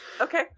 Okay